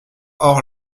hors